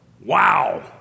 wow